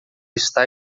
está